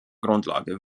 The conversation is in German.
grundlage